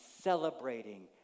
celebrating